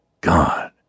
God